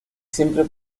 siempre